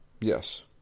Yes